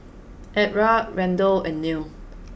Edra Randle and Nell